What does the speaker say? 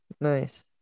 Nice